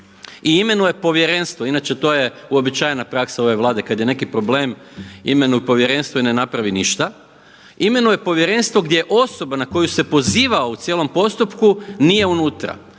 i imenuje povjerenstvo, inače to je uobičajena praksa ove Vlade, kad je neki problem imenuje povjerenstvo i ne napravi ništa, imenuje povjerenstvo gdje osoba na koju se pozivao u cijelom postupku nije unutra.